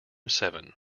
seven